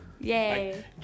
Yay